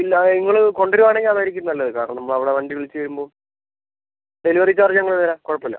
ഇല്ലാ നിങ്ങൾ കൊണ്ടു വരുവാണേൽ അതായിരിക്കും നല്ലത് കാരണം നമ്മൾ അവിടെ വണ്ടി വിളിച്ച് വരുമ്പം ഡെലിവെറി ചാർജ് ഞങ്ങൾ തരാം കുഴപ്പമില്ല